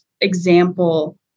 Example